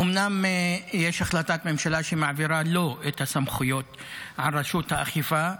אומנם יש החלטת ממשלה שמעבירה אליו את הסמכויות על רשות האכיפה,